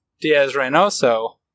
Diaz-Reynoso